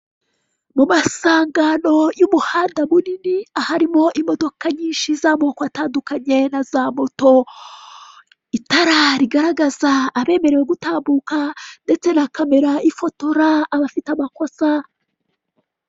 Mumasangano y'umuhanda munini aharimo imodoka nyinshi z'amoko atandukanye na za moto, itara rigaragaza abemerewe gutambuka ndetse na kamera ifotora abafite amakosa.